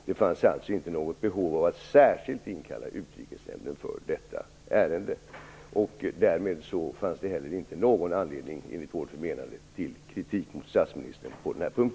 Det fanns alltså inte något behov av att särskilt inkalla Utrikesnämnden för detta ärende. Därmed fanns det enligt vårt förmenande heller ingen anledning till kritik mot statsministern på denna punkt.